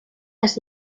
las